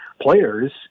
players